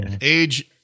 Age